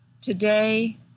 today